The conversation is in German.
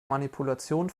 manipulation